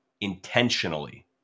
intentionally